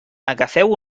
agafeu